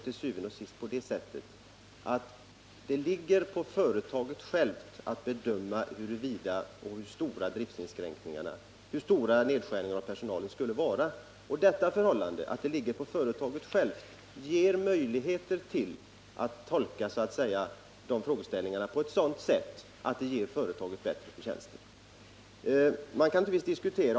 Til syvende og sidst ligger det ändå på företaget självt att bedöma hur stora nedskärningarna av personalen skall vara. Detta förhållande, att det ligger på företaget självt, ger möjligheter till en sådan tolkning att företaget får bättre förtjänster.